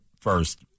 first